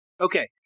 Okay